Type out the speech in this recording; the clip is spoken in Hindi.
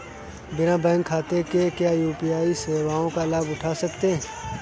बिना बैंक खाते के क्या यू.पी.आई सेवाओं का लाभ उठा सकते हैं?